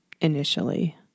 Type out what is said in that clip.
initially